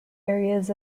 areas